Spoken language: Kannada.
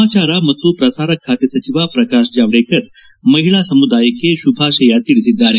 ಸಮಾಚಾರ ಮತ್ತು ಪ್ರಸಾರ ಸಚಿವ ಪ್ರಕಾಶ್ ಜಾವಡೇಕರ್ ಮಹಿಳಾ ಸಮುದಾಯಕ್ಕೆ ಶುಭಾಶಯ ತಿಳಿಸಿದ್ದಾರೆ